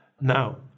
Now